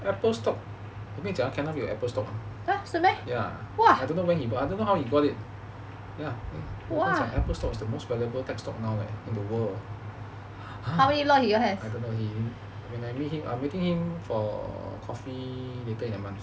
apple stock 我跟你讲 ah kenneth 有 apple stock ya I don't know where he I don't know how he got it ya 我跟你讲 ah apple stock is the most valuable stock in the world I don't know he when I meet him I'm meeting him for coffee later in the month